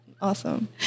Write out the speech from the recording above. Awesome